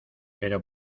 pero